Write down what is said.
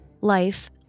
life